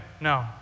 No